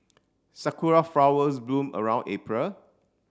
Sakura flowers bloom around April